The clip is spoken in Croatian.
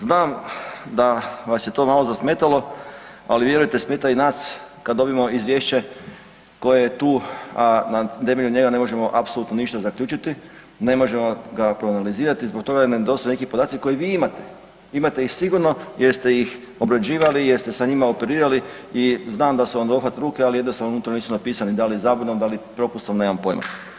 Znam da vas je to malo zasmetalo ali vjerujte, smeta i nas kad dobijemo izvješće koje je tu a na temelju njega ne može apsolutno ništa zaključiti, ne možemo ga proanalizirati zbog toga jer nedostaju neki podaci koje vi imate, imate ih sigurno jer ste ih obrađivali, jer ste sa njima operirali i znam da su vam nadohvat ruke ali jednostavno unutra nisu napisani, da li zabunom, da li propustom, nemam pojma.